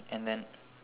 and then